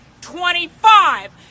Twenty-five